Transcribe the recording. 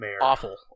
Awful